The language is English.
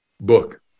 book